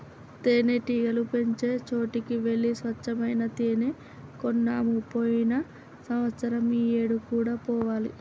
తేనెటీగలు పెంచే చోటికి వెళ్లి స్వచ్చమైన తేనే కొన్నాము పోయిన సంవత్సరం ఈ ఏడు కూడా పోవాలి